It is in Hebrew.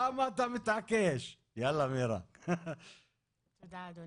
הבעיה מתחילה כשבאים